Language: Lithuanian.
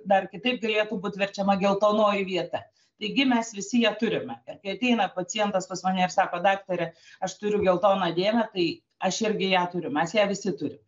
dar kitaip galėtų būt verčiama geltonoji vieta taigi mes visi ją turime ir kai ateina pacientas pas mane ir sako daktare aš turiu geltoną dėmę tai aš irgi ją turiu mes ją visi turim